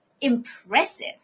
Impressive